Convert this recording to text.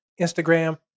Instagram